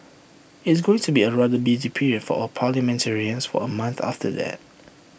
it's going to be A rather busy period for all parliamentarians for A month after that